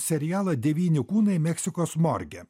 serialą devyni kūnai meksikos morge